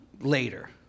later